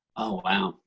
oh, wow.